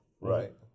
Right